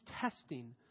testing